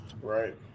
Right